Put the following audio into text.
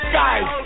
guys